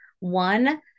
One